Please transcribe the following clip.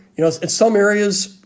you know, at some areas.